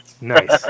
Nice